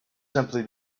simply